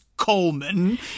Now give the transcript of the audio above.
Coleman